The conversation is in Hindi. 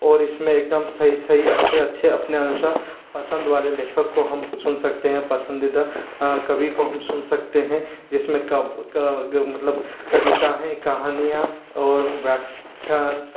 और इस में एक दम सही सही अच्छे अच्छे अपने अनुसार पसंद वाले लेखक को हम सुन सकते हैं पसंदीदा कवी को हम सुन सकते हैं जिस में मतलब कविता हैं कहानियाँ और व्याख्यांश